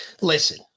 Listen